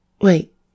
Wait